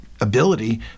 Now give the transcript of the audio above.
ability